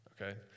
okay